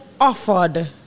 offered